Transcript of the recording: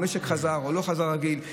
אם המשק חזר או לא חזר רגיל.